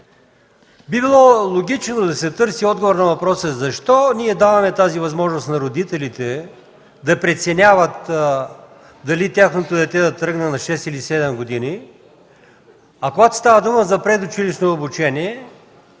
Би било логично да се търси отговор на въпроса: защо ние даваме тази възможност на родителите да преценяват дали тяхното дете да тръгне на шест или седем години? А когато става дума за предучилищно обучение,